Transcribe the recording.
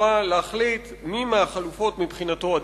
התחבורה להחליט מי מהחלופות עדיפה מבחינתו?